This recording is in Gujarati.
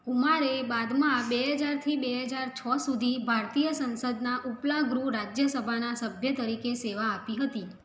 કુમારે બાદમાં બે હજારથી બે હજાર છ સુધી ભારતીય સંસદનાં ઉપલાં ગૃહ રાજ્યસભાના સભ્ય તરીકે સેવા આપી હતી